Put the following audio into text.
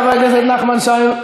חבר הכנסת ישראל אייכלר,